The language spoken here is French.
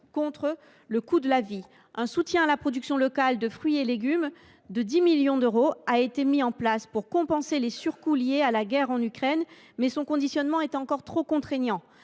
contre le coût de la vie. Un soutien à la production locale de fruits et de légumes de 10 millions d’euros a été mis en place pour compenser les surcoûts liés à la guerre en Ukraine, mais son caractère conditionnel se révèle trop contraignant.